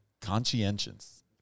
conscientious